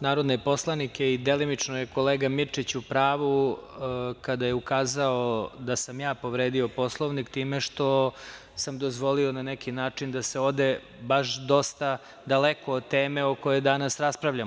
narodne poslanike i delimično je kolega Mirčić u pravu kada je ukazao da sam ja povredio Poslovnik time što sam dozvolio na neki način da se ode baš dosta daleko od teme o kojoj danas raspravljamo.